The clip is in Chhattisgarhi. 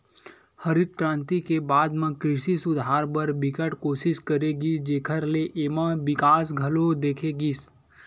हरित करांति के बाद म कृषि सुधार बर बिकट कोसिस करे गिस जेखर ले एमा बिकास घलो देखे गिस